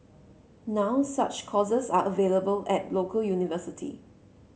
now such courses are available at local university